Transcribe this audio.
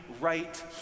right